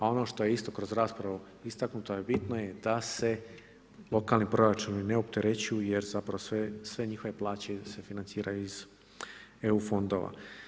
A ono što je isto kroz raspravu istaknuto bitno je da se lokalni proračuni ne opterećuju jer zapravo sve njihove plaće se financiraju iz eu fondova.